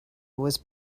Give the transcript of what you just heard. was